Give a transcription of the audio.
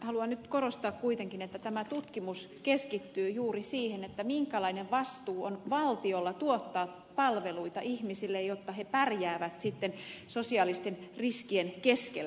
haluan nyt korostaa kuitenkin että tämä tutkimus keskittyy juuri siihen minkälainen vastuu on valtiolla tuottaa palveluita ihmisille jotta he pärjäävät sitten sosiaalisten riskien keskellä